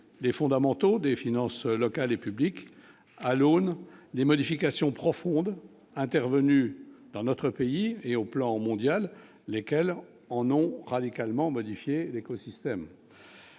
les fondamentaux des finances locales et publiques à l'aune des modifications profondes intervenue dans notre pays et au plan mondial, lesquels en ont radicalement modifié l'écosystème